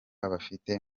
abifite